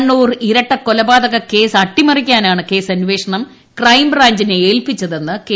കണ്ണൂർ ഇരട്ടക്കൊലപാതക കേസ് അട്ടിമറിക്കാനാണ് കേസ്അന്വേഷണം ക്രൈം ബ്രാഞ്ചിനെ ഏൽപ്പിച്ചതെന്ന് കെ